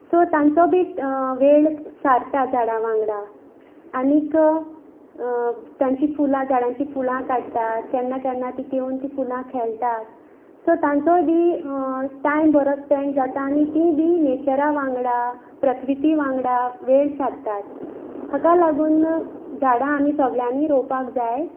so तांचो बी वेळ सारता झाडां वांगडा आनीक तांचीं फुलां झाडांचीं फुलां काडटात केन्ना केन्ना तीं घेवन तीं फुलां खेळटा सो तांचोय बी टायम बरो स्पँड जाता आनी तीं बी नेचरा वांगडा प्रक्रिती वांगडा वेळ सारतात हका लागून झाडां आमी सोगळ्यांनी रोवपाक जाय